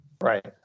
right